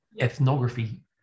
ethnography